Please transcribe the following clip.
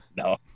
No